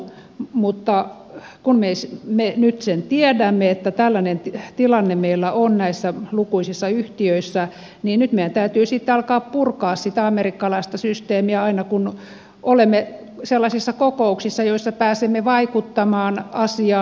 mutta kun me nyt sen tiedämme että tällainen tilanne meillä on näissä lukuisissa yhtiöissä niin nyt meidän täytyy sitten alkaa purkaa sitä amerikkalaista systeemiä aina kun olemme sellaisissa kokouksissa joissa pääsemme vaikuttamaan asiaan